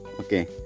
okay